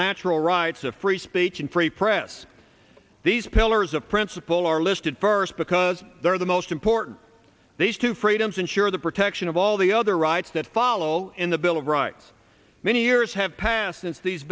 natural rights of free speech and free press these pillars of principle are listed first because they're the most important these two freedoms ensure the protection of all the other rights that follow in the bill of rights many years have passed since these